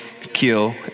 kill